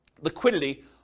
liquidity